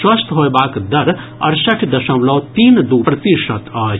स्वस्थ होयबाक दर अड़सठि दशमलव तीन दू प्रतिशत अछि